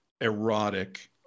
erotic